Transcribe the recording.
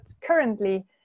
currently